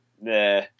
nah